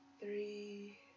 three